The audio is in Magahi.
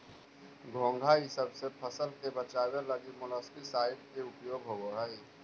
घोंघा इसब से फसल के बचावे लगी मोलस्कीसाइड के उपयोग होवऽ हई